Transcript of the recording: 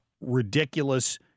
ridiculous—